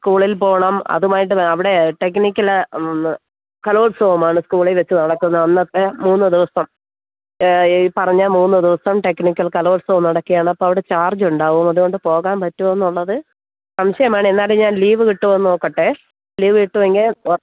സ്കൂളിൽ പോകണം അതുമായിട്ട് അവിടെ ടെക്നിക്കല് കലോത്സവമാണ് സ്കൂളിൽവച്ചു നടക്കുന്നത് അന്നത്തെ മൂന്നു ദിവസം ഈ പറഞ്ഞ മൂന്നു ദിവസം ടെക്നിക്കൽ കലോല്സവം നടക്കുകയാണ് അപ്പോള് അവിടെ ചാർജുണ്ടാവും അതുകൊണ്ട് പോകാൻ പറ്റുമോ എന്നള്ളതു സംശയമാണ് എന്നാലും ഞാൻ ലീവ് കിട്ടുമോ എന്നു നോക്കട്ടെ ലീവ് കിട്ടുമെങ്കില്